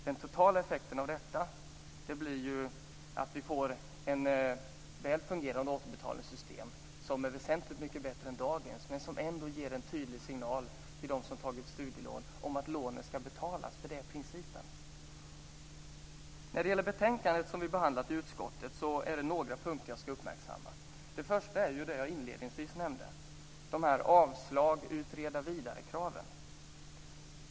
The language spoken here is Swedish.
Den totala effekten av detta blir att vi får ett väl fungerande återbetalningssystem som är väsentligt mycket bättre än dagens, men som ändå ger en tydlig signal till dem som tagit studielån om att lånen ska betalas. Det är principen. När det gäller betänkandet som vi har behandlat i utskottet är det några punkter jag ska uppmärksamma. Den första är det jag inledningsvis nämnde: avslag på utreda-vidare-kraven.